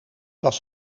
was